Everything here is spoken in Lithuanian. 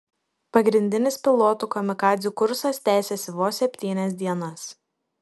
pagrindinis pilotų kamikadzių kursas tęsėsi vos septynias dienas